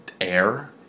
air